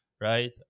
right